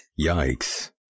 Yikes